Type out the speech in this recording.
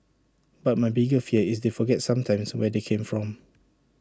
but my bigger fear is they forget sometimes where they come from